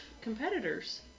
competitors